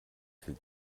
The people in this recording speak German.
viel